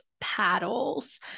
paddles